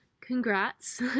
congrats